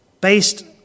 based